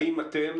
האם אתם